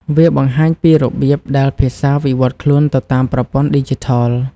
វាបង្ហាញពីរបៀបដែលភាសាវិវឌ្ឍខ្លួនទៅតាមប្រព័ន្ធឌីជីថល។